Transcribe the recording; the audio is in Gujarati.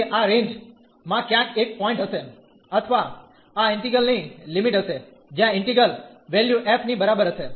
તેથી આ રેન્જ માં ક્યાંક એક પોઇન્ટ હશે અથવા આ ઈન્ટિગ્રલ ની લિમિટ હશે જ્યાં ઈન્ટિગ્રલ વેલ્યુ f ની બરાબર હશે